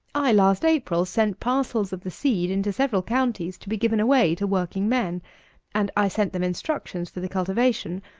i, last april, sent parcels of the seed into several counties, to be given away to working men and i sent them instructions for the cultivation,